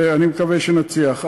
ואני מקווה שנצליח.